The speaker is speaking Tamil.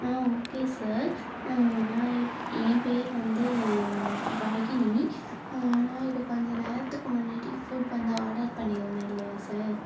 ஓகே சார் நான் என் பேர் வந்து ராகினி நான் இப்போ கொஞ்ச நேரத்துக்கு முன்னாடி ஃபுட் வந்து ஆர்டர் பண்ணிருந்தேன் இல்லையா சார்